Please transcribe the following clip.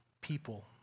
people